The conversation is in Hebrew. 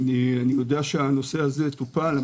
אני יודע שהנושא טופל.